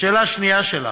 השאלה השנייה שלך,